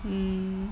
mm